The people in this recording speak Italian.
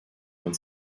non